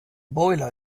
boiler